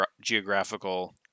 geographical